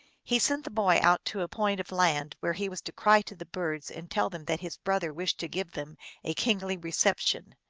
he sent the boy out to a point of land, where he was to cry to the birds and tell them that his brother wished to give them a kingly reception.